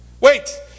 Wait